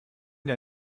der